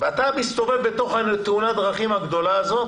ואתה מסתובב בתוך תאונת הדרכים הגדולה הזאת